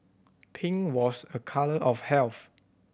pink was a colour of health